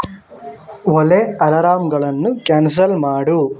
ಒಲೇ ಅಲರಾಂಗಳನ್ನು ಕ್ಯಾನ್ಸಲ್ ಮಾಡು